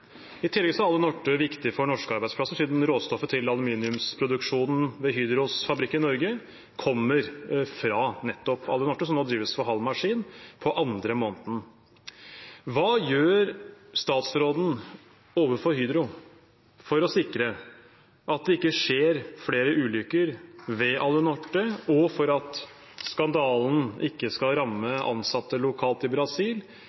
I tillegg er Alunorte viktig for norske arbeidsplasser, siden råstoffet til aluminiumsproduksjonen ved Hydros fabrikk i Norge kommer fra nettopp Alunorte, som nå drives for halv maskin på andre måneden. Hva gjør statsråden overfor Hydro for å sikre at det ikke skjer flere ulykker ved Alunorte, for at skandalen ikke skal ramme ansatte lokalt i Brasil,